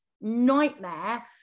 nightmare